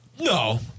No